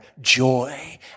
joy